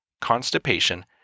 constipation